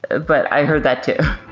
but i heard that too